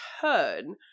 turn